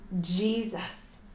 Jesus